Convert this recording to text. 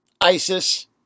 ISIS